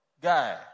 guy